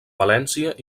valència